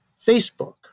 Facebook